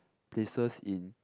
places in